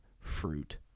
fruit